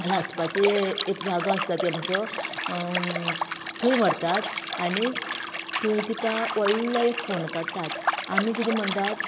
लायपाचें एक जागो आसता तेंमचो थंय व्हरतात आनी थंय तिका व्हडलो एक फोंड काडटात आमी किदें म्हणटात